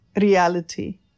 reality